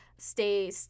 stay